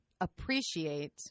appreciate